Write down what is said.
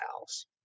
house